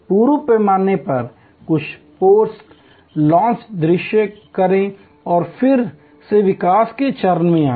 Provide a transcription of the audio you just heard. पूर्ण पैमाने पर कुछ पोस्ट लॉन्च दृश्य करें और फिर फिर से विकास के चरण में आएं